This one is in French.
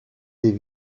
des